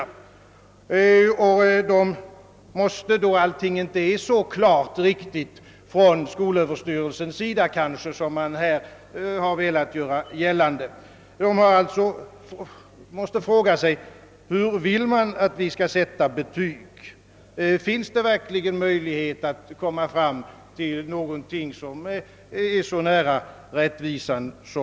De måste då — vare sig det är så alldeles klart, hur skolöverstyrelsen bedömer problemet, som man här velat göra gällande, eller inte fråga sig: Hur vill man att vi skall sätta betygen? Är det möjligt att uppnå en fullständig rättvisa?